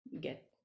get